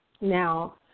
Now